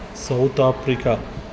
South Africa